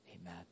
Amen